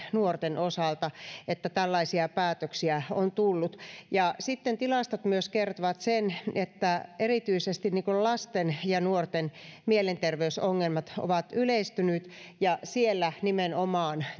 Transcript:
nuorten osalta että tällaisia päätöksiä on tullut sitten tilastot myös kertovat sen että erityisesti lasten ja nuorten mielenterveysongelmat ovat yleistyneet ja siellä nimenomaan